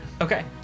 Okay